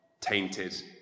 tainted